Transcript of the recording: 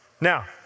Now